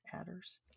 Adders